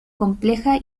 compleja